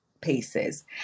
pieces